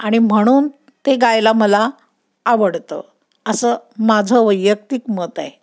आणि म्हणून ते गायला मला आवडतं असं माझं वैयक्तिक मत आहे